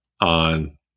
on